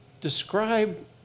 Describe